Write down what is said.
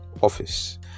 office